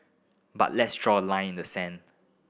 but let's draw a line in the sand